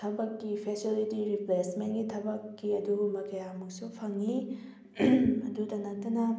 ꯊꯕꯛꯀꯤ ꯐꯦꯁꯦꯂꯤꯇꯤ ꯔꯤꯄ꯭ꯂꯦꯁꯃꯦꯟꯒꯤ ꯊꯕꯛꯀꯤ ꯑꯗꯨꯒꯨꯝꯕ ꯀꯌꯥꯃꯨꯛꯁꯨ ꯐꯪꯏ ꯑꯗꯨꯇ ꯅꯠꯇꯅ